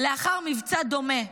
לאחר מבצע דומה,